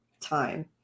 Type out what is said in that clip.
time